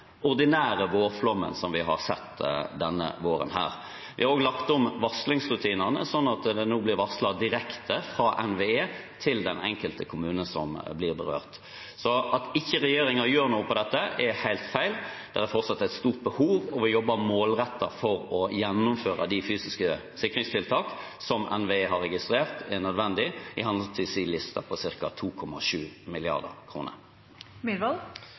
ordinære vårflommen som vi har sett denne våren. Vi har også lagt om varslingsrutinene, slik at det nå blir varslet direkte fra NVE til den enkelte kommune som blir berørt. Så at regjeringen ikke gjør noe med dette, er helt feil. Det er fortsatt et stort behov. Vi jobber målrettet for å gjennomføre de fysiske sikringstiltakene som NVE har registrert er nødvendige i henhold til sin liste på ca. 2,7